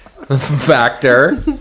factor